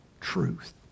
truth